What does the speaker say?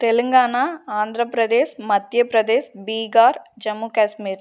Telangana Andhra Pradesh Madhya Pradesh Bihar Jammu Kashmir